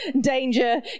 danger